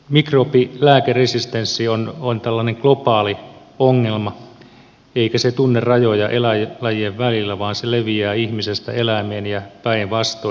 mikrobilääkeresistenssi on tällainen globaali ongelma eikä se tunne rajoja eläinlajien välillä vaan leviää ihmisestä eläimeen ja päinvastoin